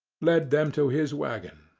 led them to his waggon,